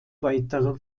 weitere